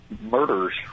murders